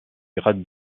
grade